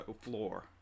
floor